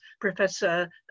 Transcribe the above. Professor